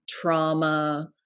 trauma